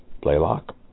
blaylock